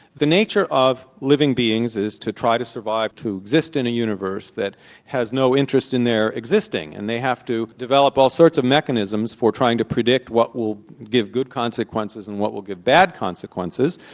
the nature of living beings is to try to survive, to exist in a universe that has no interest in their existing, and they have to develop all sorts of mechanisms for trying to predict what will give good consequences and what will give bad consequences,